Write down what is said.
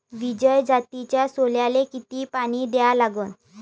विजय जातीच्या सोल्याले किती पानी द्या लागन?